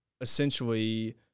essentially